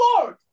Lord